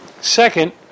Second